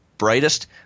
brightest